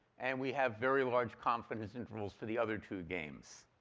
and we have very large confidence intervals for the other two games.